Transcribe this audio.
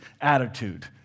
attitude